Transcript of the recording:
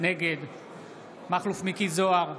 נגד מכלוף מיקי זוהר,